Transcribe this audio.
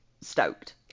stoked